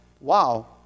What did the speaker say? wow